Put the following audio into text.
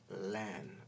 land